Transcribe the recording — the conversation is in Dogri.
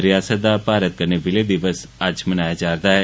रियासत दा भारत कन्नै विलय दिवस अज्ज मनाया जा'रदा ऐ